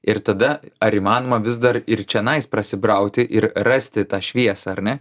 ir tada ar įmanoma vis dar ir čianais prasibrauti ir rasti tą šviesą ar ne